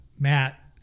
Matt